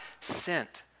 sent